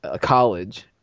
college